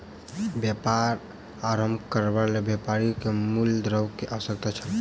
व्यापार आरम्भ करबाक लेल व्यापारी के मूल द्रव्य के आवश्यकता छल